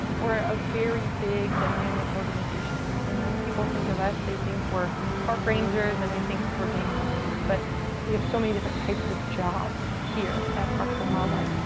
we're a very big dynamic organization. and when people think of us, they think we're park rangers and they think we're game wardens, but we have so many different types of jobs here at parks and wildlife.